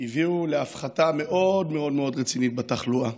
הביאו להפחתה מאוד מאוד רצינית בתחלואה.